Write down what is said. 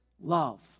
love